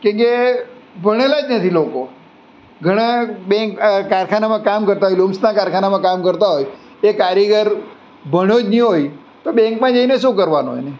કેમ કે ભણેલા જ નથી લોકો ઘણા બેન્ક આ કારખાનામાં કામ કરતા હોય લૂમ્સના કારખાનામાં કામ કરતા હોય તો એ કારીગર ભણ્યો જ નહિ હોય તો બેન્કમાં જઈને શું કરવાનું